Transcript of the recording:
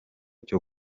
cyo